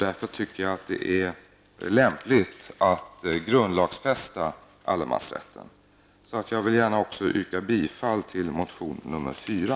Därför tycker jag att det är lämpligt att grundlagsfästa allemansrätten, och därför vill jag gärna yrka bifall till reservation nr 4.